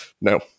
No